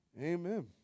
Amen